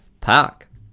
Park